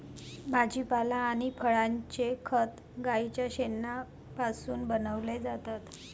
भाजीपाला आणि फळांचे खत गाईच्या शेणापासून बनविलेले जातात